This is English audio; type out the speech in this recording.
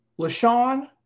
LaShawn